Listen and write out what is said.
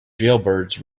jailbirds